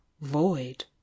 void